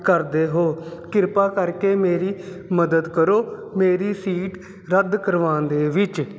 ਕਰਦੇ ਹੋ ਕਿਰਪਾ ਕਰਕੇ ਮੇਰੀ ਮਦਦ ਕਰੋ ਮੇਰੀ ਸੀਟ ਰੱਦ ਕਰਵਾਉਣ ਦੇ ਵਿੱਚ